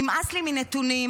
נמאס לי מנתונים,